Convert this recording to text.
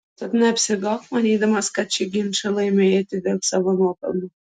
tad neapsigauk manydamas kad šį ginčą laimėjai tik dėl savo nuopelnų